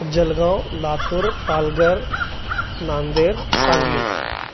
Jalgaon Latur Palghar Nanded Sangli